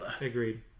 Agreed